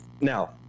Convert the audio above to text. Now